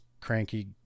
cranky